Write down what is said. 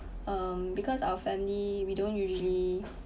um because our family we don't usually